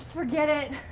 forget it.